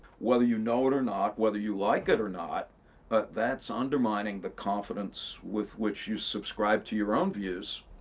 whether you know it or not, whether you like it or not, but that's undermining the confidence with which you subscribe to your own views.